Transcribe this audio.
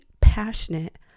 passionate